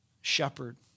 shepherd